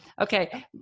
Okay